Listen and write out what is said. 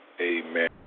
Amen